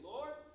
Lord